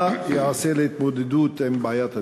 1. מה ייעשה להתמודדות עם בעיית הדיור?